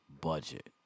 budget